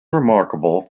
remarkable